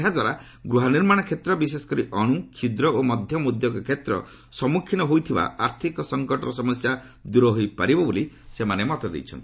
ଏହାଦ୍ୱାରା ଗୃହ ନିର୍ମାଣ କ୍ଷେତ୍ର ବିଶେଷ କରି ଅଣୁ କ୍ଷୁଦ୍ର ଓ ମଧ୍ୟମ ଉଦ୍ୟୋଗ କ୍ଷେତ୍ର ସମ୍ମୁଖୀନ ହୋଇଥିବା ଆର୍ଥିକ ସଂକଟର ସମସ୍ୟା ଦୂର ହୋଇ ପାରିବ ବୋଲି ସେମାନେ ମତ ଦେଇଛନ୍ତି